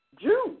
June